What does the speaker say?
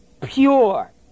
pure